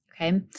Okay